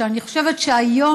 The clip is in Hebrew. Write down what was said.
שאני חושבת שהיום,